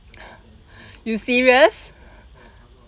you serious